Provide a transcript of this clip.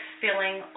filling